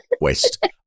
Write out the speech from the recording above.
West